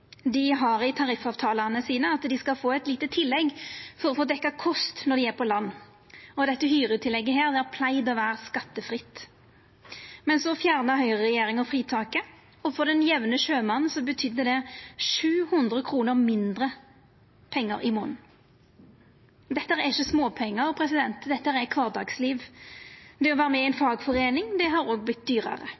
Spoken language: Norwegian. Dei har i tariffavtalane sine at dei skal få eit lite tillegg for å få dekt kost når dei er i land, og dette hyretillegget har pleidd å vera skattefritt. Men så fjerna høgreregjeringa fritaket, og for den jamne sjømannen betydde det 700 kr mindre i månaden. Dette er ikkje småpengar, dette er kvardagsliv. Det å vera med i ei fagforeining har vorte dyrare, og det å ha ungar i ein barnehage har òg vorte dyrare. I det